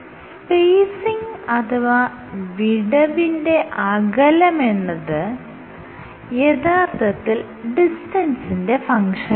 spacing അഥവാ വിടവിന്റെ അകലമെന്നത് യഥാർത്ഥത്തിൽ ഡിസ്റ്റൻസിന്റെ ഫങ്ഷനാണ്